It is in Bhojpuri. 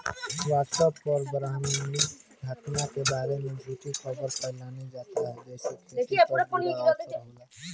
व्हाट्सएप पर ब्रह्माण्डीय घटना के बारे में झूठी खबर फैलावल जाता जेसे खेती पर बुरा असर होता